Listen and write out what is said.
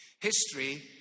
History